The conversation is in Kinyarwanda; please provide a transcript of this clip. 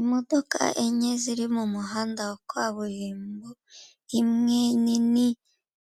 Imodoka enye ziri mu muhanda wa kaburimbo, imwe nini